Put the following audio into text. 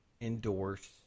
endorse